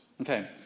Okay